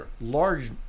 large